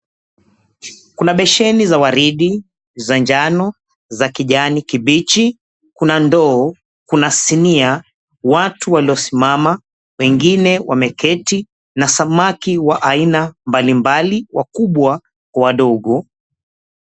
Kuna beseni za waridi, za njano, za kijani kibichi, kuna ndoo, kuna sinia. Watu waliosimama wengine wameketi na samaki wa aina mbalimbali wakubwa kwa wadogo.